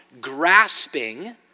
grasping